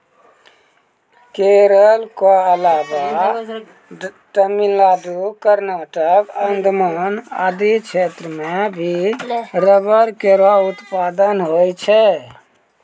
केरल क अलावा तमिलनाडु, कर्नाटक, अंडमान आदि क्षेत्रो म भी रबड़ केरो उत्पादन होय छै